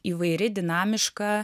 įvairi dinamiška